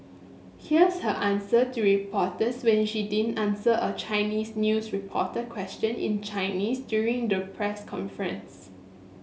here's her answer to reporters when she didn't answer a Chinese news reporter question in Chinese during the press conference